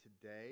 today